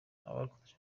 abarokotse